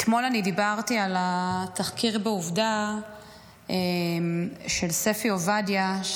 אתמול דיברתי על התחקיר של ספי עובדיה בעובדה,